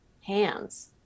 hands